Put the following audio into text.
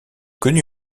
connu